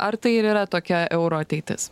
ar tai ir yra tokia euro ateitis